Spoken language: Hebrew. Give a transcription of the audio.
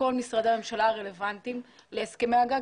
שכל משרדי הממשלה הרלוונטיים להסכמי הגג,